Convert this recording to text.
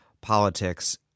politics